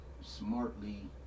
smartly